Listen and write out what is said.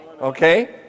okay